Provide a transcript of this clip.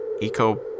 Eco